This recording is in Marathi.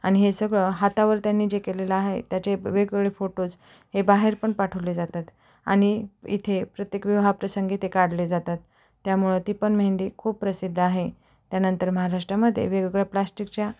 आणि हे सगळं हातावर त्यांनी जे केलेलं आहे त्याचे वेगवेगळे फोटोज हे बाहेर पण पाठवले जातात आणि इथे प्रत्येक विवाहप्रसंगी ते काढले जातात त्यामुळे ती पण मेहंदी खूप प्रसिद्ध आहे त्यानंतर महाराष्ट्रामध्ये वेगवेगळ्या प्लास्टिकच्या